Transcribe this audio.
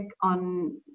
on